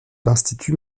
l’institut